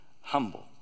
humble